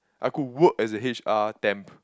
I could work as a H_R temp